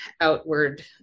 outward